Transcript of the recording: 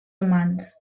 humans